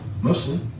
mostly